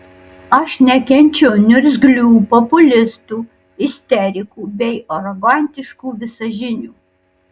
aš nekenčiu niurzglių populistų isterikų bei arogantiškų visažinių